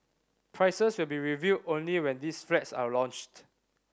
prices will be revealed only when these flats are launched